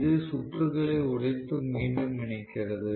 இது சுற்றுகளை உடைத்து மீண்டும் இணைக்கிறது